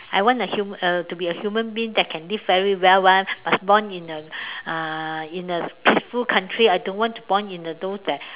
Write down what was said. I want a hu~ uh to be a human being that can live very well [one] must born in a uh in a peaceful country I don't want to born in a those that